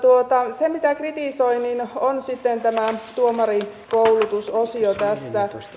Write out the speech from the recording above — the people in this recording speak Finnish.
se mitä kritisoin on sitten tämä tuomarikoulutusosio tässä